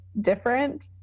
different